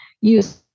use